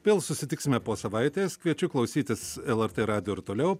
vėl susitiksime po savaitės kviečiu klausytis lrt radijo ir toliau